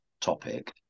topic